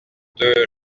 deux